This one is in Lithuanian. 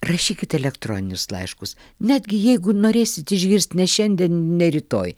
rašykit elektroninius laiškus netgi jeigu norėsit išgirst ne šiandien ne rytoj